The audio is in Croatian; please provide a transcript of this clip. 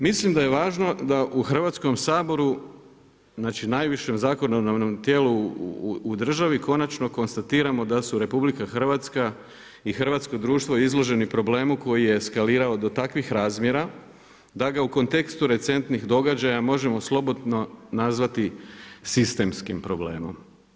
Mislim da je važno da u Hrvatskom saboru, znači najvišem zakonodavnom tijelu u državi, konačno konstatiramo da su RH i hrvatsko društvo izloženi problemu koji je eskalirao do takvih razmjera da ga u kontekstu recentnih događaja možemo slobodno nazvati sistemskim problemom.